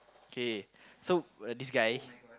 k so uh this guy